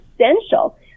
essential